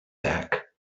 back